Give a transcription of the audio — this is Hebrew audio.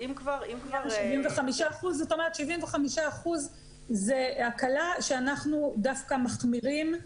75% זאת אומרת 75% זה הקלה שאנחנו דווקא מחמירים,